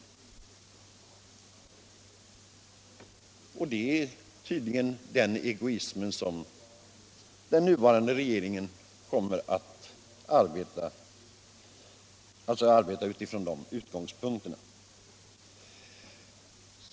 Det är tydligt att egoismen kommer att vara utgångspunkten för den nuvarande regeringens arbete.